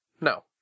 No